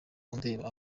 undeba